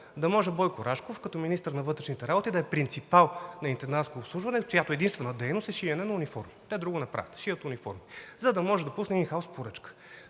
да може Бойко Рашков като министър на вътрешните работи да е принципал на „Интендантско обслужване“, чиято единствена дейност е шиене на униформи, тя друго не прави – шият униформи, за да може да пусне ин хаус поръчка,